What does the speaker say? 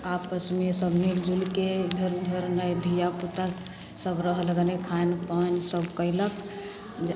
आपसमे सभ मिलिजुलिके इधर उधर नहि धिआपुतासभ रहल गने खानपान सब कएलक जे